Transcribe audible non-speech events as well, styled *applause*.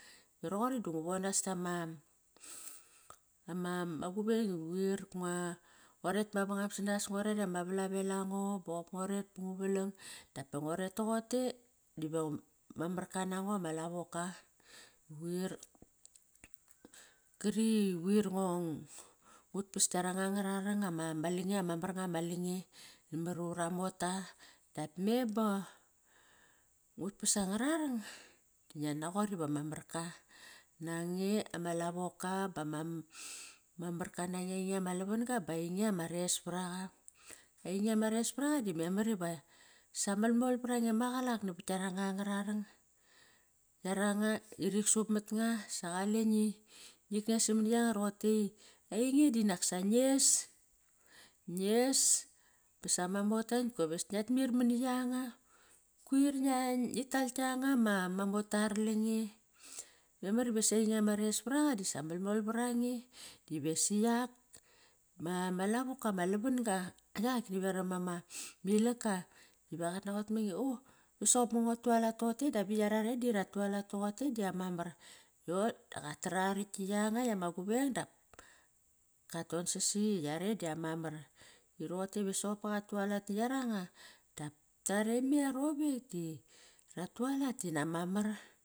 Ba roqori da ngu vanas tama *hesitation* guveng i quir ngua, ngua ret mavangam sanas, ngua rer ama valavel ango bop ngua ret ngu valang dapa ngoret toqote diva ma morka nango ma lavoka quir. Kari quir ngong ngut past kiaranga ngararang ama lange ama mar nga ma lange namar ura mota. Dap me ba ngut pas angararong, di nguan naqot iva ma marka nange ama lavoka ba ma marka nange einge ma lavan ga ba einge ma resparaqa. Einge ma repar aqa di memar iva sa malmol varange maqalak navat kiaranga ngararong Yarangai riksup mat nga, saqale ngi *unintelligible* ainge dinak sa nges. Nges sama mota ivaskoves ngiat mair mani yanga. Kuir ngi tal kianga ma mota ara lange. Memar vasa einge ma resparaqa disa malmol varange dive siak ma lavoka ma lavan-ga yaki veram ama ilaka iva qat naqot mange, u soqop ngo ngua tualat toqote dap i yarare di ratualat toqote diama mar. Yo, di qat tar arakt tia yanga ma guveng dap kat ton sasi yare dama mar. I roqote ve soqopka qat tualat na yaranga dap kiare me arovek di ratualat dinama mar.